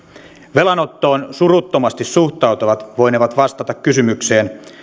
velanottoon suruttomasti suhtautuvat voinevat vastata kysymykseen